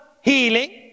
healing